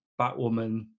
Batwoman